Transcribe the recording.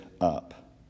up